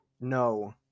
No